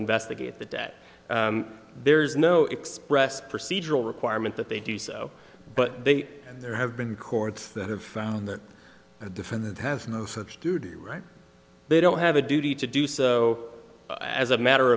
investigate the debt there's no expressed procedural requirement that they do so but they and there have been courts that have found that a defendant has no such duty right they don't have a duty to do so as a matter